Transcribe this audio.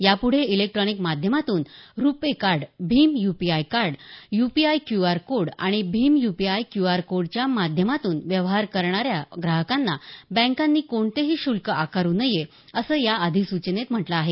यापुढे इलेक्ट्रानिक माध्यमातून रुपे कार्ड भीम UPI UPI Q R code आणि भीम यूपीआई क्यू आर कोडच्या माध्यमातून व्यवहार करणाऱ्या ग्राहकांना बँकांनी कोणतेही शुल्क आकारू नये असं या अधिसूचनेत म्हटलं आहे